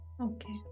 Okay